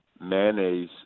mayonnaise